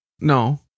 No